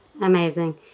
Amazing